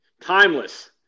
timeless